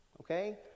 Okay